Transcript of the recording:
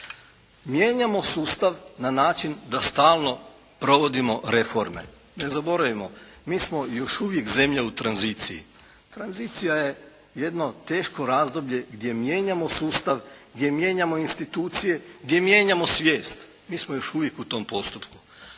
Mijenjamo sustav na način da stalno provodimo reforme. Ne zaboravimo mi smo još uvijek zemlja u tranziciji. Tranzicija je jedno teško razdoblje gdje mijenjamo sustav, gdje mijenjamo institucije, gdje mijenjamo svijest. Mi smo još uvijek u tom postupku.